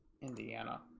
Indiana